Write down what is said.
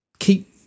keep